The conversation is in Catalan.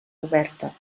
oberta